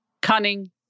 cunning